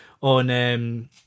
on